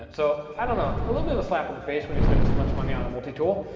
so i don't know, a little bit of a slap in the face when you spend this much money on a multi-tool,